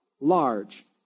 large